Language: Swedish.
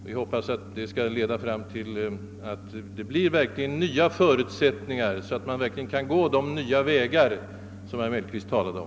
Jag hoppas att detta kan leda fram till att det verkligen skapas nya lagliga förutsättningar, så att man går de nya vägar som herr Mellqvist talade om.